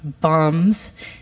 bums